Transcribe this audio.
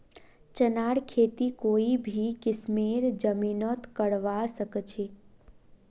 चनार खेती कोई भी किस्मेर जमीनत करवा सखछी